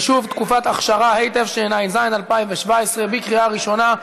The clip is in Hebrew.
(חישוב תקופת אכשרה), התשע"ז 2017, בקריאה ראשונה.